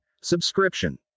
Subscription